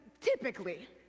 typically